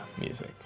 Music